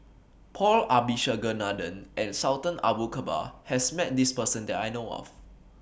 Paul Abisheganaden and Sultan Abu Bakar has Met This Person that I know of